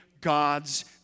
God's